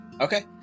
Okay